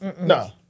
No